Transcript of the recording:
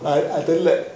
அது தெரில:athu terila